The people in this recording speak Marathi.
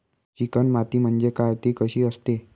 चिकण माती म्हणजे काय? ति कशी असते?